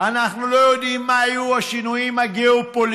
אנחנו לא יודעים מה יהיו השינויים הגיאו-פוליטיים,